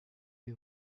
you